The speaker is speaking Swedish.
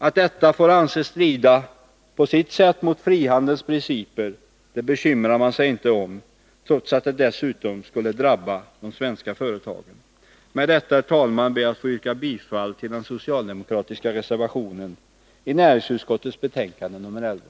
Att detta på sitt sätt får anses strida mot frihandelns principer bekymrar man sig inte om, trots att det dessutom skulle drabba de svenska företagen. Med detta, herr talman, ber jag att få yrka bifall till den socialdemokratiska reservationen till näringsutskottets betänkande 11.